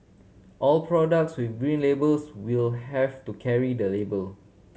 all products with Green Labels will have to carry the label